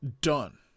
done